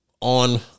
on